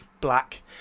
black